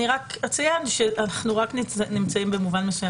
אני רק אציין שאנחנו נמצאים במובן מסוים